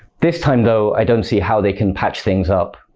this time, though, i don't see how they can patch things up.